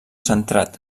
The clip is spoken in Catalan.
centrat